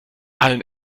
allen